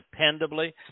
dependably